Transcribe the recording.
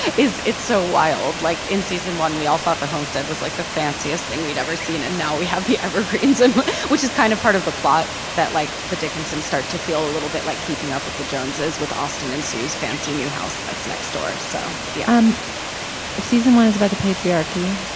it's so wild like in season one we all thought the homestead was like the fanciest thing we'd ever seen and now we have the evergreens and which is kind of part of the plot that like the dickens and start to feel a little bit like keeping up with the joneses with austin and sue's fancy new house that's next door so the um season one is about the patriarchy.